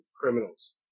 criminals